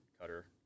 cutter